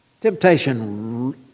Temptation